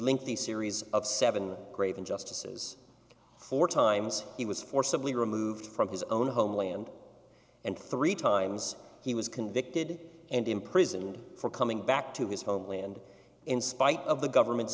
lengthy series of seven grave injustices four times he was forcibly removed from his own homeland and three times he was convicted and imprisoned for coming back to his homeland in spite of the government's